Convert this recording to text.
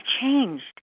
changed